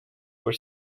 were